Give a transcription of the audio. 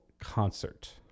Concert